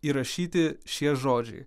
įrašyti šie žodžiai